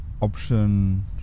option